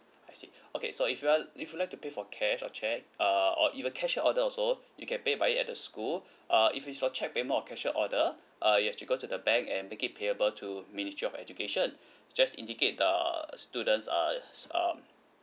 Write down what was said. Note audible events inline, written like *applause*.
I see okay so if you are if you would like to pay for cash or cheque uh or even cashier's order also you can pay by it at the school uh if it's for cheque payment or cashier's order uh you have to go to the bank and make it payable to ministry of education just indicate the student's uh *noise* um